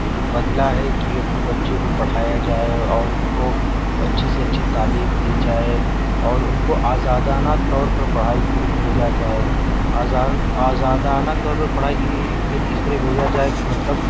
بدلا ہے کہ اپنے بچیوں کو پڑھایا جائے اور ان کو اچھی سے اچھی تعلیم دی جائے اور ان کو آزادانہ طور پر پڑھائی کے لئے بھیجا جائے آزاد آزادانہ طور پر پڑھائی کے لئے اس طرح بھیجا جائے کہ مطلب